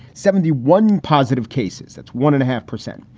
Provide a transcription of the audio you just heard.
seventy one positive cases. that's one and a half percent.